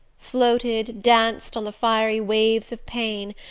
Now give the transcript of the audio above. floated, danced on the fiery waves of pain,